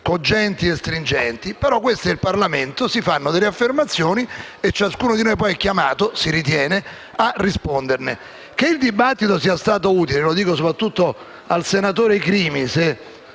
cogenti e stringenti, né questo è il Parlamento: si fanno delle affermazioni e ciascuno di noi è chiamato - si ritiene - a risponderne. Che il dibattito sia stato utile - lo dico soprattutto al senatore Crimi, se